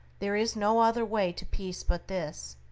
there is no other way to peace but this,